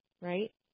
right